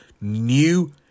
new